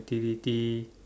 T_V T